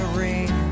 ring